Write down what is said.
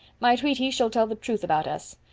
my treatise shall tell the truth about us.